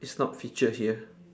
it's not featured here